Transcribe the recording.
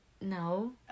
No